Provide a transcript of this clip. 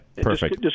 perfect